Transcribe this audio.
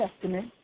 Testament